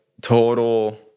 total